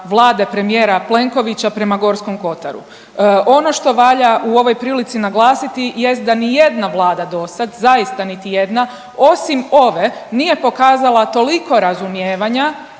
premijera Plenkovića prema Gorskom kotaru. Ono što valja u ovoj prilici naglasiti jest da nijedna Vlada do sad zaista niti jedna osim ove nije pokazala toliko razumijevanja,